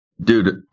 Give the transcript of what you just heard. Dude